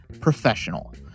professional